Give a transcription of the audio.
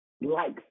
likes